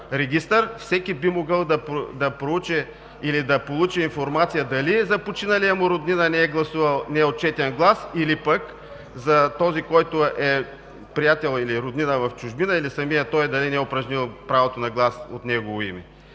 регистър, всеки би могъл да проучи или да получи информация дали за починалия му роднина не е отчетен глас или пък за този, който е приятел или роднина в чужбина или самият той да е упражнил правото на глас от негово име.